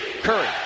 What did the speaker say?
Curry